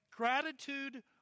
Gratitude